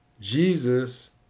Jesus